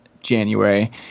January